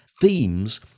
themes